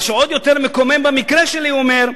מה שעוד יותר מקומם במקרה שלי", הוא אומר,